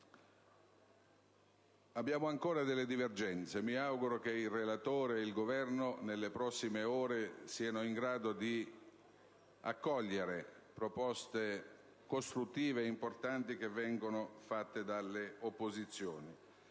Vi sono ancora delle divergenze. Mi auguro che il relatore e il Governo nelle prossime ore siano in grado di accogliere le proposte, costruttive e importanti, avanzate dalle opposizioni,